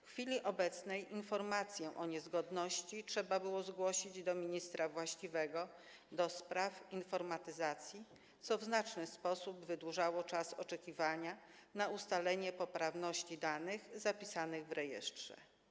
W chwili obecnej informację o niezgodności trzeba było zgłosić do ministra właściwego do spraw informatyzacji, co w znaczny sposób wydłużało czas oczekiwania na ustalenie poprawności danych zapisanych w rejestrze.